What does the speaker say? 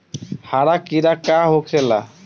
हरा कीड़ा का होखे ला?